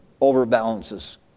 overbalances